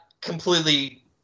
completely